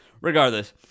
Regardless